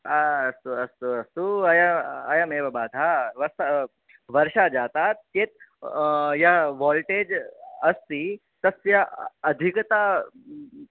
आ अस्तु अस्तु अस्तु अय अयमेव बाधः वर्षा जाता चेत् या वोल्टेज् अस्ति तस्य अधिकता